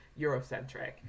Eurocentric